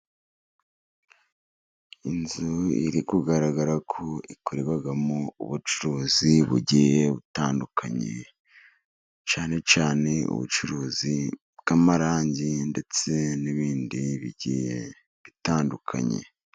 Inzu iri kugaragara ko ikorerwamo ubucuruzi bugiye butandukanye cyane cyane ubucuruzi bw'amarangi, ndetse n'ibindi bitandukanye.